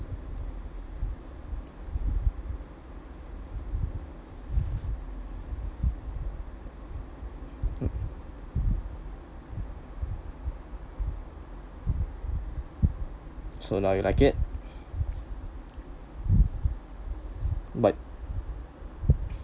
so now you like it but